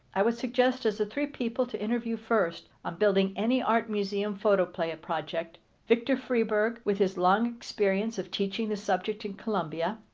i would suggest as the three people to interview first on building any art museum photoplay project victor freeburg, with his long experience of teaching the subject in columbia,